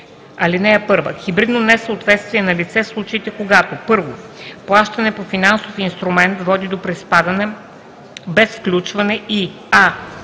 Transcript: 47е. (1) Хибридно несъответствие е налице в случаите, когато: 1. плащане по финансов инструмент води до приспадане без включване и: